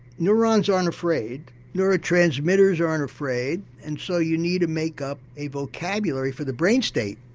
neurons aren't afraid, neurotransmitters aren't afraid and so you need to make up a vocabulary for the brain state.